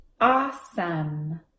awesome